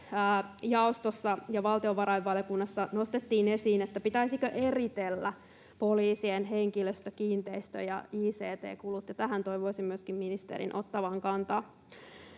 jaostossa ja valtiovarainvaliokunnassa nostettiin esiin, pitäisikö eritellä poliisien henkilöstö-, kiinteistö- ja ict-kulut, ja tähän toivoisin myöskin ministerin ottavan kantaa.